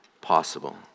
possible